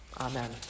Amen